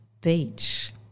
beach